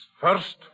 First